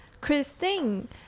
Christine